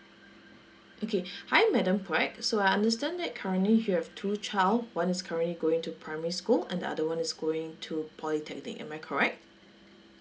okay hi madam quak so I understand that currently you have two child one is currently going to primary school and the other one is going to polytechnic am I correct